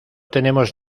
tenemos